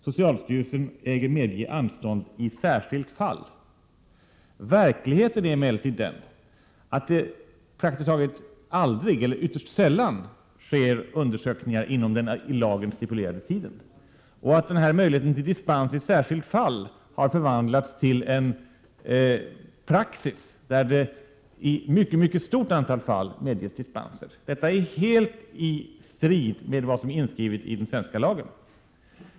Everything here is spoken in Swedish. Socialstyrelsen äger medge anstånd i särskilt fall.” Verkligheten är emellertid att det praktiskt taget aldrig eller ytterst sällan sker undersökningar inom den i lagen stipulerade tiden, och att den här möjligheten till dispens i särskilt fall har förvandlats till en praxis, så att det i ett mycket stort antal fall medges dispenser. Detta är helt i strid med vad som är inskrivet i den svenska lagen.